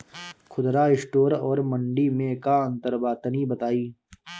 खुदरा स्टोर और मंडी में का अंतर बा तनी बताई?